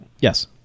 Yes